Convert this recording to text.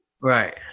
Right